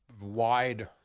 wide